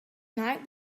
night